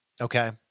okay